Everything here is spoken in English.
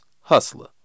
Hustler